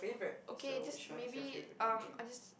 okay this maybe um I just